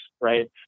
right